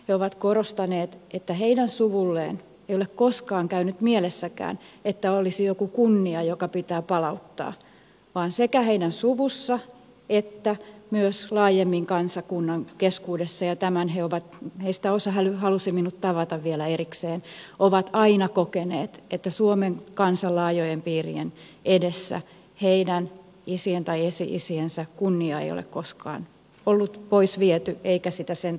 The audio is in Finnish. he ovat korostaneet että heidän suvullaan ei ole koskaan käynyt mielessäkään että olisi joku kunnia joka pitää palauttaa vaan sekä heidän suvussaan että myös laajemmin kansakunnan keskuudessa on koettu he ovat heistä osa halusi minut tavata vielä erikseen aina kokeneet että suomen kansan laajojen piirien edessä heidän isiensä tai esi isiensä kunniaa ei ole koskaan ollut poisviety ja sitä ei sen takia tarvitse palauttaa